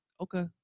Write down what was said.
Okay